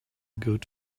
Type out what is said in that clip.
good